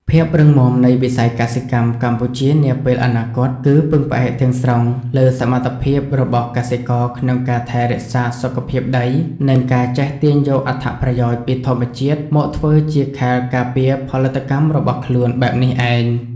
ភាពរឹងមាំនៃវិស័យកសិកម្មកម្ពុជានាពេលអនាគត គឺពឹងផ្អែកទាំងស្រុងលើសមត្ថភាពរបស់កសិករក្នុងការថែរក្សាសុខភាពដី និងការចេះទាញយកអត្ថប្រយោជន៍ពីធម្មជាតិមកធ្វើជាខែលការពារផលិតកម្មរបស់ខ្លួនបែបនេះឯង។